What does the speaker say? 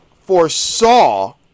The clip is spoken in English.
foresaw